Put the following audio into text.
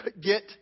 get